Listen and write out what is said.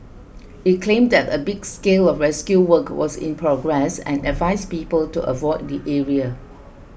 it claimed that a big scale of rescue work was in progress and advised people to avoid the area